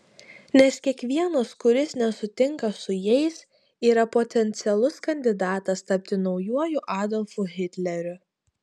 nes kiekvienas kuris nesutinka su jais yra potencialus kandidatas tapti naujuoju adolfu hitleriu